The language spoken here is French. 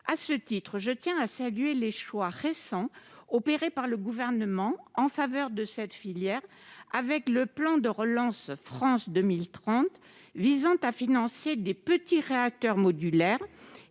À ce titre, je tiens à saluer les choix récents du Gouvernement en faveur de cette filière, avec le plan de relance France 2030, visant à financer de petits réacteurs modulaires,